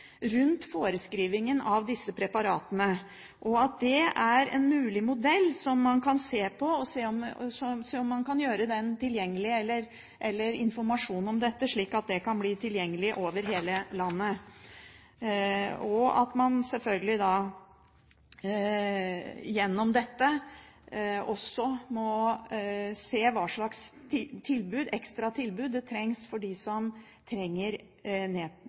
rundt forskrivningen av disse preparatene, og at det er en mulig modell som man kan se på – og se om man kan gjøre informasjon om dette tilgjengelig, slik at dette kan bli tilgjengelig over hele landet. Man må selvfølgelig da gjennom dette også se på hva slags ekstra tilbud som trengs for dem som trenger